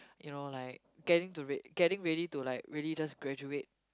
you know like getting to read getting ready to like really just graduate